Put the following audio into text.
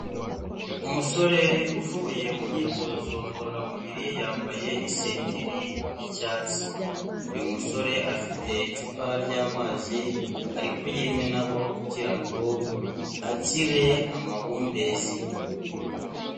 Umusore uvuye mu myitozo ngororamubiri yambaye isengeri y'icyatsi. Uyu musore afite icupa ry'amazi ari kuyimenaho kugira ngo akire amahumbezi.